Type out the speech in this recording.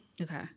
Okay